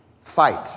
fight